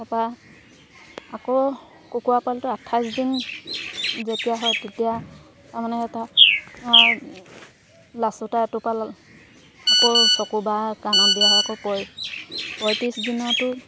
তাৰপৰা আকৌ কুকুৰা পালটো আঠাইছ দিন যেতিয়া হয় তেতিয়া তাৰমানে এটা লাচুতা এটোপাল আকৌ চকু বা কাণত দিয়া হয় আকৌ পয় পঁয়ত্ৰিছ দিনতো